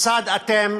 כיצד אתם